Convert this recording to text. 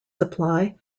supply